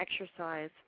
exercise